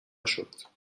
نشد